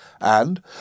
and